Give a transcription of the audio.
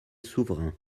souverain